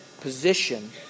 position